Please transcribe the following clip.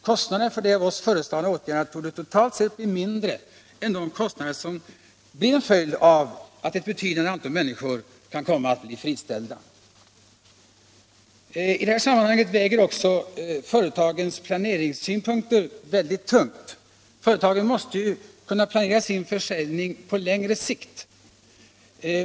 Kostnaderna för de av oss föreslagna åtgärderna torde totalt sett bli mindre än de kostnader som uppstår till följd av att ett betydande antal människor kan komma att bli friställda. I detta sammanhang väger också företagens planeringssynpunkter 101 tungt. Företagen måste kunna planera sin försäljning på längre sikt.